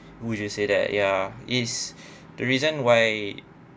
would you say that ya is the reason why